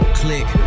click